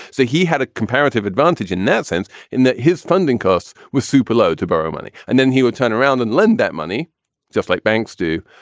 so he had a comparative advantage in that sense in his funding costs with super low to borrow money. and then he would turn around and lend that money just like banks do.